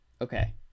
okay